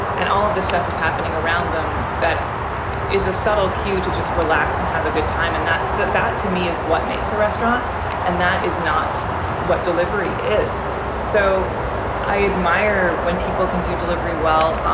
and all of this stuff is happening around them. that is a subtle cue to just relax and have a good time. and that's that that to me is what makes a restaurant and that is not what delivery is. so i admire when people can do delivery. well,